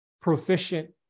proficient